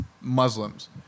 Muslims